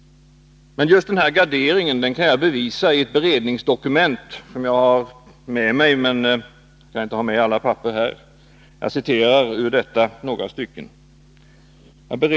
Men just den nämnda garderingen kan jag bevisa genom ett beredningsdokument som jag har med mig i kammaren. Jag citerar några stycken ur dokumentet.